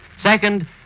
Second